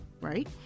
right